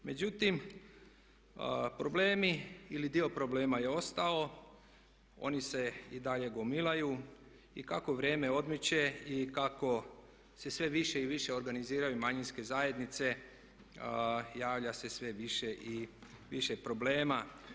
Međutim, problemi ili dio problema je ostao, oni se i dalje gomilaju i kako vrijeme odmiče i kako se sve više i više organiziraju manjinske zajednice javlja se sve više i više problema.